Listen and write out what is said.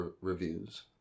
reviews